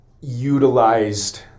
utilized